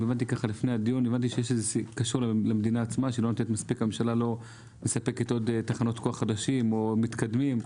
לפני הדיון הבנתי שהממשלה לא מספקת תחנות כוח חדשות ומתקדמות.